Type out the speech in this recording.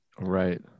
right